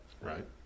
Right